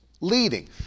leading